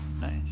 Nice